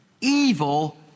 evil